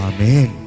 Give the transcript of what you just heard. Amen